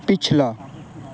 پچھلا